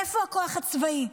איפה הכוח הצבאי?